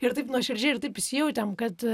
ir taip nuoširdžiai ir taip įsijautėm kad